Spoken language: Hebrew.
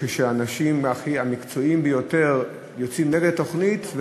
כשהאנשים המקצועיים ביותר יוצאים נגד התוכנית.